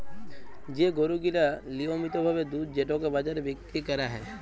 যে গরু গিলা লিয়মিত ভাবে দুধ যেটকে বাজারে বিক্কিরি ক্যরা হ্যয়